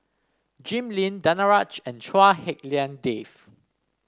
Jim Lim Danaraj and Chua Hak Lien Dave